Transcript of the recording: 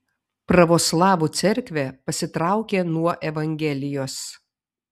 pravoslavų cerkvė pasitraukė nuo evangelijos